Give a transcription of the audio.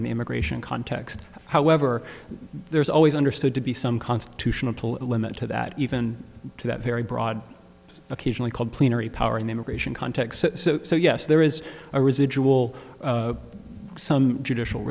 immigration context however there is always understood to be some constitutional limit to that even to that very broad occasionally called plenary power in immigration context so yes there is a residual some judicial